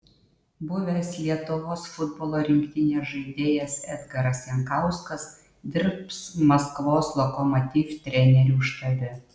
buvęs lietuvos futbolo rinktinės žaidėjas edgaras jankauskas dirbs maskvos lokomotiv trenerių štabe